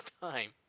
time